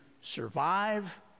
survive